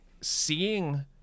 seeing